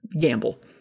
gamble